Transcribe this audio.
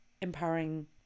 empowering